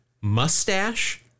Mustache